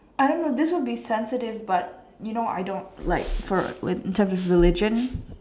I'm a this will be sensitive but you know I don't like for which type of religion